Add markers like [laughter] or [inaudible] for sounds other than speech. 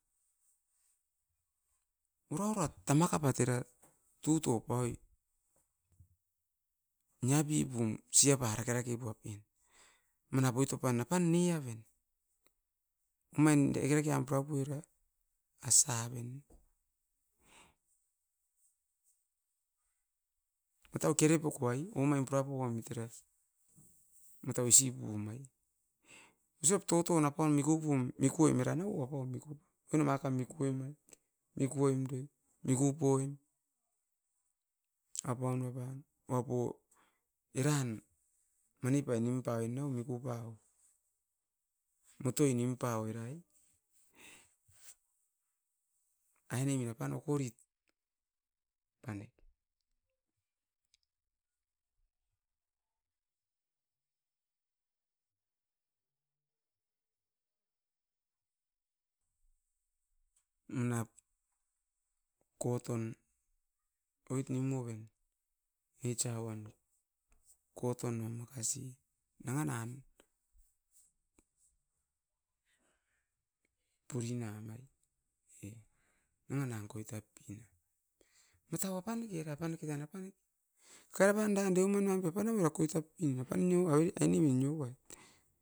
Uraurat tamakapat era, tuto paui nia pipum siapa rake rake puapin, manap oito pan apan neaven. Omain dake rake'an purapoira asaven, matau kere poko ai, omaim pura pauamit era, matau isi pum ai, isiop touton apaun mikupum miku oim era nau wapau mikun, oino makam miku oi mai miku oim doi mikupoim, apaun wapan oupo eran. Manipai nim paion nau miku paum. Motoi nimpa oi rai. Ainemin apan okorit, apaneke. Manap koton oit nimuoven neitsa uan koton nuam makasi nanga nan purina mai, e nanga nan koitap pinam, matau apaneke era apaneke tan apan e, kakara paidan deuman wam pep apan nami okoitap pin apainio [hesitation] ainemin nio ai.